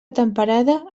temperada